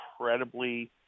incredibly